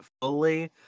fully